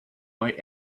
white